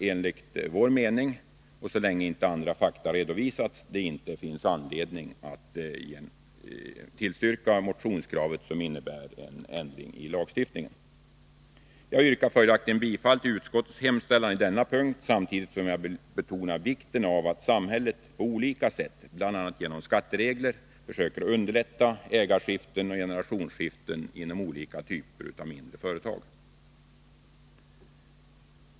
Enligt vår mening saknas därför anledning att tillstyrka motionens krav på lagändring så länge andra fakta inte redovisats. Jag yrkar följaktligen bifall till utskottets hemställan på denna punkt. Samtidigt vill jag betona vikten av att samhället på olika sätt — bl.a. genom skatteregler — bidrar till att underlätta ägarskiften och generationsskiften inom olika typer av mindre företag.